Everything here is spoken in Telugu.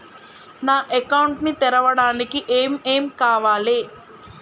నా అకౌంట్ ని తెరవడానికి ఏం ఏం కావాలే?